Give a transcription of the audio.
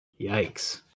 Yikes